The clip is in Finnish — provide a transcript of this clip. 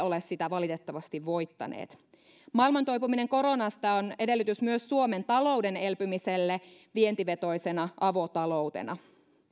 ole sitä valitettavasti voittaneet maailman toipuminen koronasta on edellytys myös suomen talouden elpymiselle vientivetoisena avotaloutena